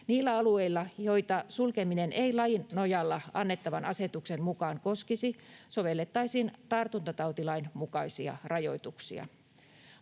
Niillä alueilla, joita sulkeminen ei lain nojalla annettavan asetuksen mukaan koskisi, sovellettaisiin tartuntatautilain mukaisia rajoituksia.